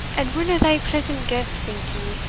and werena thae pleasant guests, think ye,